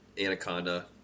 Anaconda